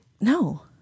No